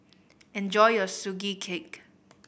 enjoy your Sugee Cake